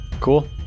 Cool